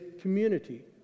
community